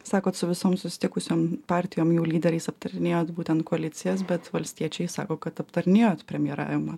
sakot su visom susitikusiom partijom ir lyderiais aptarinėjot būtent koalicijas bet valstiečiai sako kad aptarinėjot premjeravimą